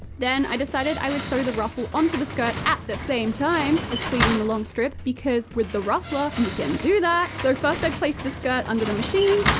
then, i decided i would sew the ruffle onto the skirt at the same time as pleating the long-strip, because with the ruffler ah you can do that. so first i placed the skirt under the machine,